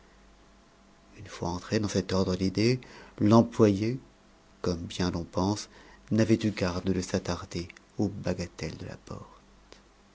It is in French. une fois entré dans cet ordre d'idée l'employé comme bien l'on pense n'avait eu garde de s'attarder aux bagatelles de la porte